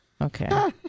Okay